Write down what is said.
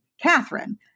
Catherine